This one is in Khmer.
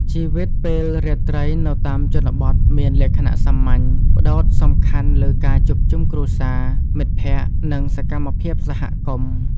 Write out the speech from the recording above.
ជីវិតពេលរាត្រីនៅតាមជនបទមានលក្ខណៈសាមញ្ញ ផ្ដោតសំខាន់លើការជួបជុំគ្រួសារ មិត្តភក្តិ និងសកម្មភាពសហគមន៍។